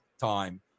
time